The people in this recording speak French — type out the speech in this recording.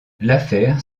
l’affaire